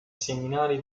seminari